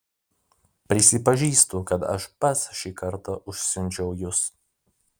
prisipažįstu kad aš pats šį kartą užsiundžiau jus